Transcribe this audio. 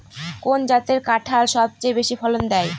কোন জাতের কাঁঠাল সবচেয়ে বেশি ফলন দেয়?